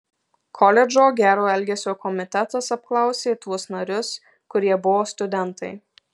koledžo gero elgesio komitetas apklausė tuos narius kurie buvo studentai